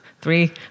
three